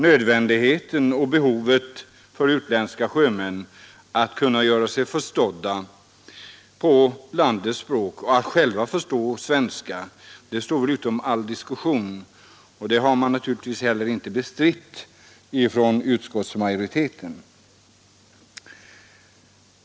Nödvändigheten och behovet för utländska sjömän att kunna göra sig förstådda på landets språk och själva förstå svenska står utom all diskussion. Det har utskottsmajoriteten heller inte bestritt.